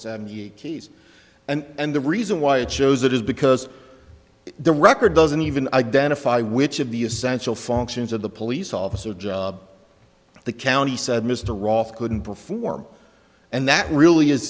seventy eight case and the reason why it shows it is because the record doesn't even identify which of the essential functions of the police officer job the county said mr roth couldn't perform and that really is